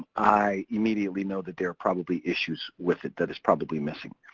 i immediately know that there are probably issues with it that is probably missing.